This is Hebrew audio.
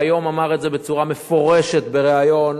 והיום אמר את זה בצורה מפורשת בריאיון